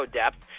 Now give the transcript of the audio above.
depth